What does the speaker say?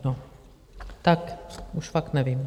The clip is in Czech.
No, tak už fakt nevím.